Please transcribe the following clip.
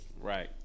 right